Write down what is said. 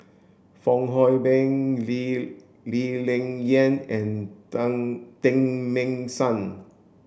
Fong Hoe Beng Lee Lee Ling Yen and Teng Mah Seng